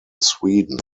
sweden